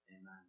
Amen